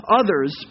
others